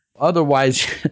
otherwise